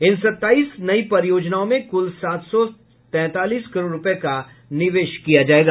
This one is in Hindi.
इन सत्ताईस नई परियोजनाओं में कुल सात सौ तैंतालीस करोड़ रुपये का निवेश किया जाएगा